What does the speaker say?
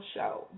Show